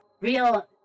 Real